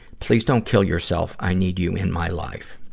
please don't kill yourself. i need you in my life.